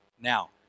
Now